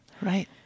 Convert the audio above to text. right